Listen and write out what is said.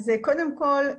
קודם כול,